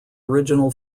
original